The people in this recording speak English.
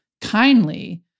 kindly